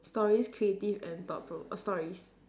stories creative and thought provo~ stories